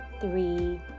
three